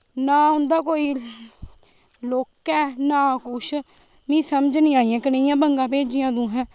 ना उंदा कोई लुक ऐ ना कुछ मी समझ निं आइया कनेइयां बंगा भेजियां थोहे